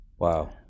Wow